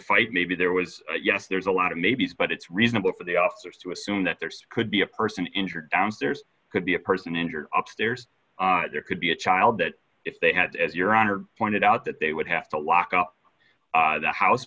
fight maybe there was yes there's a lot of maybes but it's reasonable for the officers to assume that there's could be a person injured downstairs could be a person injured upstairs there could be a child that if they had as your honor pointed out that they would have to lock up the house